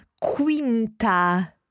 quinta